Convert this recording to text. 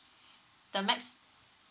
the max